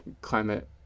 climate